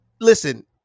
listen